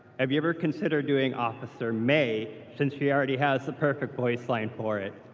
have you ever considered doing officer mei, since she already has the perfect voice line for it?